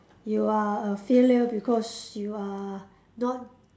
you are a failure because you are not